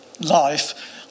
life